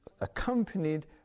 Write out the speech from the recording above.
accompanied